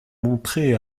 montrer